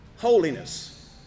holiness